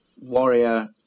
Warrior